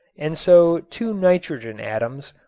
and so two nitrogen atoms,